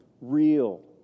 real